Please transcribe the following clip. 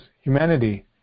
humanity